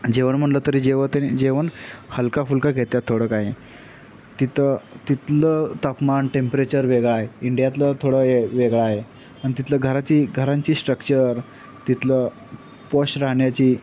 जेवण म्हणलं तरी जेवत जेवण हलका फुलका घेतात थोडं काही तिथं तिथलं तापमान टेम्परेचर वेगळं आहे इंडियातलं थोडं वे वेगळं आहे आणि तिथलं घराची घरांची स्ट्रक्चर तिथलं पॉश राहण्याची